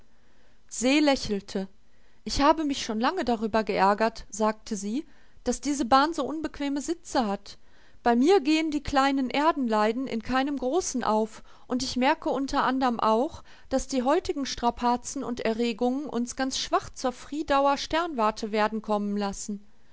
se lächelte ich habe mich schon lange darüber geärgert sagte sie daß diese bahn so unbequeme sitze hat bei mir gehen die kleinen erdenleiden in keinem großen auf und ich merke unter anderm auch daß die heutigen strapazen und erregungen uns ganz schwach zur friedauer sternwarte werden kommen lassen